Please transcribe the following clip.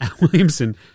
Williamson